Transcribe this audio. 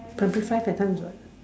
primary five that time is what